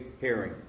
hearing